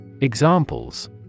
Examples